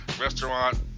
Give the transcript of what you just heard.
restaurant